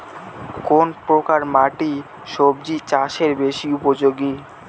কোন প্রকার মাটি সবজি চাষে বেশি উপযোগী?